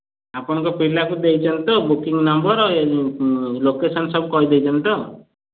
ଆପଣଙ୍କ ପିଲାକୁ ଦେଇ ଦିଅନ୍ତୁ ବୁକିଙ୍ଗ ନମ୍ବର ଲୋକେସନ ସବୁ କହି ଦେଇଛନ୍ତି ତ